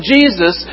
Jesus